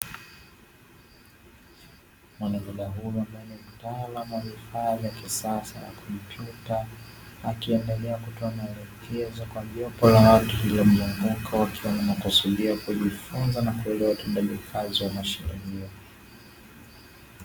Mtaalamu wa vifaa vya kisasa vya kompyuta akiendelea kutoa maelekezo kwa jopo la watu lililomzunguka wakiwa wanakusudia la kujifunza na kuelewa utendaji kazi wa mashine hiyo.